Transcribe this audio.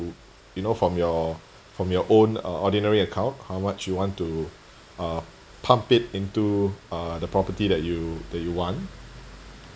you know from your from your own uh ordinary account how much you want to uh pump it into uh the property that you that you want